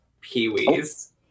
Pee-wee's